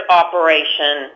operation